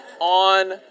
on